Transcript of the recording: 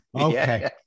okay